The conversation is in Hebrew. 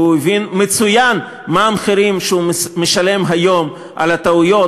והוא הבין מצוין מה המחירים שהוא משלם היום על הטעויות